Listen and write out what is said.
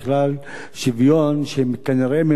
שוויון שכנראה ממאן לבוא.